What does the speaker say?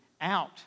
out